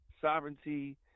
sovereignty